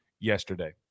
yesterday